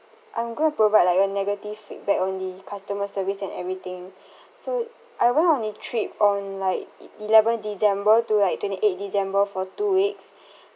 I'm going to provide like a negative feedback on the customer service and everything so I went on a trip on like e~ eleven december to like twenty eight december for two weeks